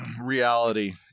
reality